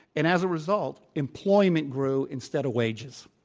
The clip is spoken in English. and as a result, employment grew instead of wages.